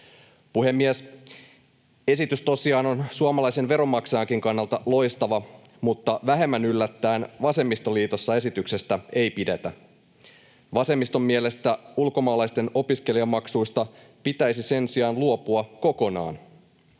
Puhemies! Esitys tosiaan on suomalaisen veronmaksajankin kannalta loistava, mutta vähemmän yllättäen vasemmistoliitossa esityksestä ei pidetä. Vasemmiston mielestä ulkomaalaisten opiskelijamaksuista pitäisi sen sijaan luopua kokonaan.